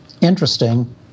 interesting